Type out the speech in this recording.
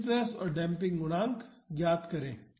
stiffness और damping गुणांक ज्ञात करें